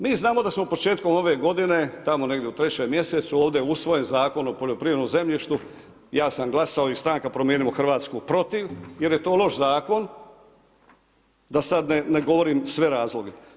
Mi znamo da smo početkom ove godine tamo negdje u 3. mjesecu ovdje je usvojen Zakon o poljoprivrednom zemljištu, ja sam glasao i Stranka promijenimo Hrvatsku protiv jer je to loš zakon, da sad ne govorim sve razloge.